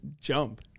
jump